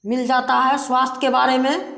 मिल जाता है स्वास्थ्य के बारे में